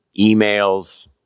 emails